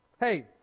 hey